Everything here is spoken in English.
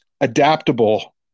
adaptable